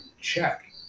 check